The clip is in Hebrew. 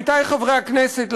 עמיתי חברי הכנסת,